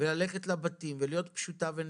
וללכת לבתים ולהיות פשוטה ונגישה,